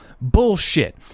Bullshit